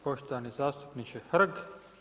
Poštovani zastupniče Hrg.